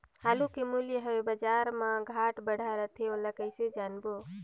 आलू के मूल्य हवे बजार मा घाट बढ़ा रथे ओला कइसे जानबो?